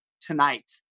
tonight